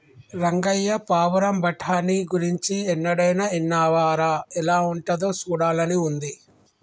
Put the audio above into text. రంగయ్య పావురం బఠానీ గురించి ఎన్నడైనా ఇన్నావా రా ఎలా ఉంటాదో సూడాలని ఉంది